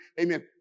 amen